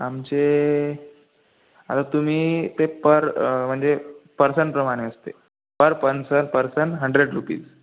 आमचे आता तुम्ही ते पर म्हणजे पर्सनप्रमाणे असते पर पन पर्सन हंड्रेड रुपीज